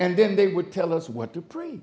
and then they would tell us what to pray